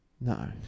No